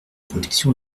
protection